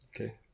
okay